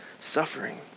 suffering